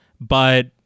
but-